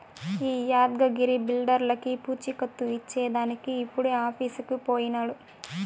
ఈ యాద్గగిరి బిల్డర్లకీ పూచీకత్తు ఇచ్చేదానికి ఇప్పుడే ఆఫీసుకు పోయినాడు